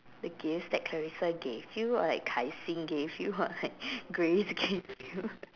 the gifts that Clarissa gave you or like Kai-Xing gave you or like Grace gave you